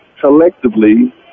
collectively